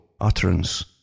utterance